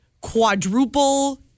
quadruple